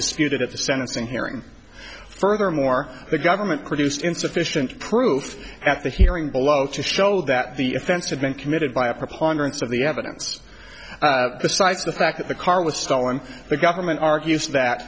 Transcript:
disputed at the sentencing hearing furthermore the government produced insufficient proof at that hearing below to show that the offense had been committed by a preponderance of the evidence besides the fact that the car was stolen the government argues that